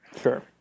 Sure